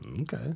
Okay